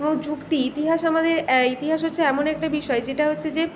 এবং যুক্তি ইতিহাস আমাদের এই ইতিহাস হচ্ছে এমন একটা বিষয় যেটা হচ্ছে যে